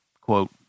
quote